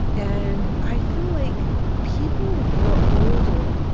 and i feel like people were older,